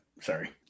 Sorry